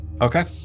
Okay